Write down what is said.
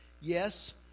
yes